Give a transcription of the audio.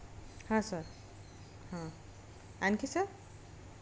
हा सर हां आणखी सर